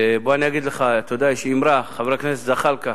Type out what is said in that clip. אתה יודע, יש אמרה, חבר הכנסת זחאלקה,